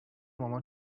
مامان